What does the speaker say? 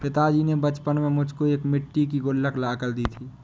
पिताजी ने बचपन में मुझको एक मिट्टी की गुल्लक ला कर दी थी